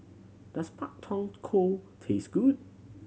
does Pak Thong Ko taste good